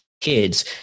kids